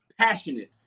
passionate